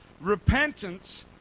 repentance